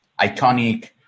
iconic